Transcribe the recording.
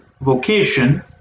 vocation